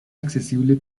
accesible